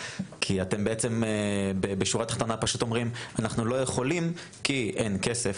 כי אתם בעצם בשורה התחתונה פשוט אומרים שאתם לא יכולים כי אין כסף,